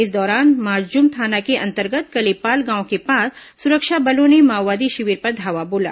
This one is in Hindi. इस दौरान मारजूम थाना के अंतर्गत कलेपाल गांव के पास सुरक्षा बलों ने माओवादी शिविर पर धावा बोला